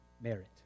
merit